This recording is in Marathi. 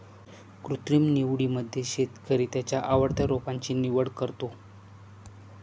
कृत्रिम निवडीमध्ये शेतकरी त्याच्या आवडत्या रोपांची निवड करतो